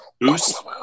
Boost